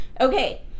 okay